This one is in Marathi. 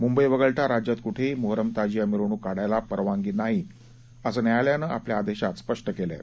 मुंबई वगळता राज्यात कुठेही मोहरम ताजिया मिरवणूक काढायला परवानगी नाही असं न्यायालयानं आपल्या आदेशात स्पष्ट केलं आहे